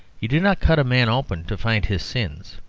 you do not cut a man open to find his sins.